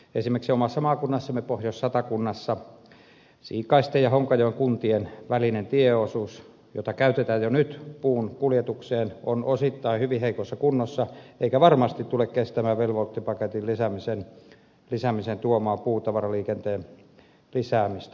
esimerkiksi omassa maakunnassamme pohjois satakunnassa siikaisten ja honkajoen kuntien välinen tieosuus jota käytetään jo nyt puun kuljetukseen on osittain hyvin heikossa kunnossa eikä varmasti tule kestämään velvoitepaketin lisäämisen tuomaa puutavaraliikenteen lisäämistä